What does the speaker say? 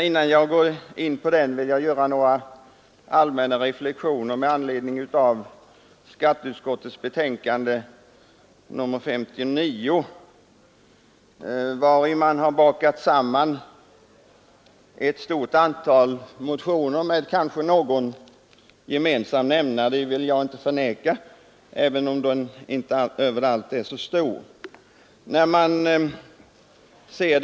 Innan jag går in på den vill jag emellertid göra några allmänna reflexioner med anledning av skatteutskottets betänkande nr 59, vari har bakats samman ett stort antal motioner — kanske med någon gemensam nämnare; det vill jag inte förneka, även om denna inte överallt är särskilt stor.